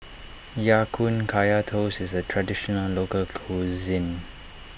Ya Kun Kaya Toast is a Traditional Local Cuisine